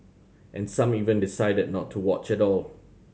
and some even decided not to watch at all